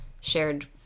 shared